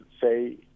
say